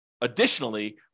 additionally